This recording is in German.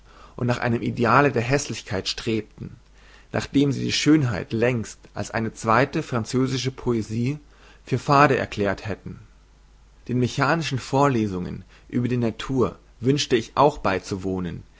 und nach einem ideale der häßlichkeit strebten nachdem sie die schönheit längst als eine zweite französische poesie für fade erklärt hätten den mechanischen vorlesungen über die natur wünschte ich auch beizuwohnen